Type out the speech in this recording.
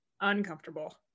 uncomfortable